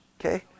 Okay